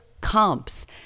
comps